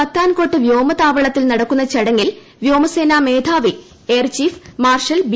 പത്താൻകോട്ട് വ്യോമതാവളത്തിൽ നടക്കുന്ന ചടങ്ങിൽ വ്യോമസേനാ മേധാവി എയർ ചീഫ് മാർഷൽ ബി